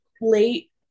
late